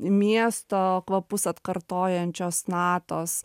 miesto kvapus atkartojančios natos